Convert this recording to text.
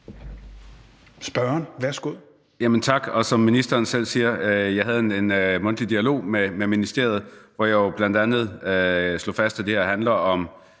Spørgeren, værsgo.